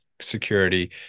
security